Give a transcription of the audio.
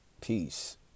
peace